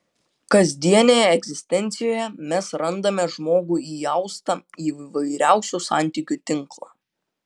kasdienėje egzistencijoje mes randame žmogų įaustą į įvairiausių santykių tinklą